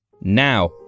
Now